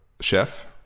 Chef